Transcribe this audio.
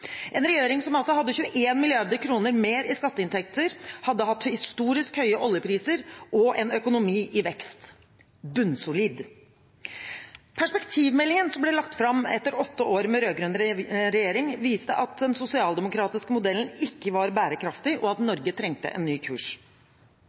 en regjering som hadde 21 mrd. kr mer i skatteinntekter, som hadde hatt historisk høye oljepriser og en økonomi i vekst – bunnsolid. Perspektivmeldingen som ble lagt fram etter åtte år med rød-grønn regjering, viste at den sosialdemokratiske modellen ikke var bærekraftig, og at